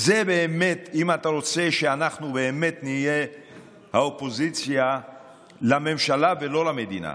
אם אתה רוצה שאנחנו באמת נהיה האופוזיציה לממשלה ולא למדינה.